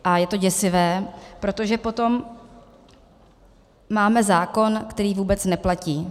A je to děsivé, protože potom máme zákon, který vůbec neplatí.